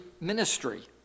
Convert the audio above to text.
ministry